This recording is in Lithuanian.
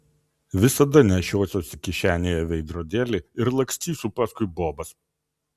visada nešiosiuosi kišenėje veidrodėlį ir lakstysiu paskui bobas